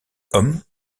homme